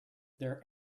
there